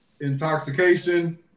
Intoxication